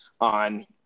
on